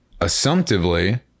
Assumptively